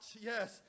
yes